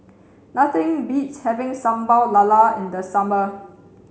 nothing beats having Sambal Lala in the summer